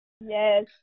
Yes